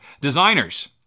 designers